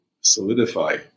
solidify